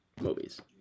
movies